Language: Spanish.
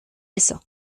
eso